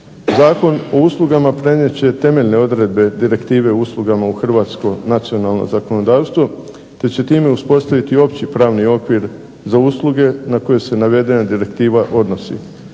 Zakon o uslugama prenijet će temeljne odredbe direktive uslugama u hrvatsko nacionalno zakonodavstvo, te će time uspostaviti opći pravni okvir za usluge na koje se navedena direktiva odnosi.